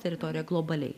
teritorija globaliai